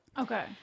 Okay